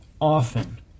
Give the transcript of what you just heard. often